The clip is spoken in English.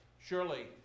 surely